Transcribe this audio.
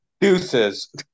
Deuces